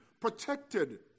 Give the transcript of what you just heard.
protected